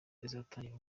izatangira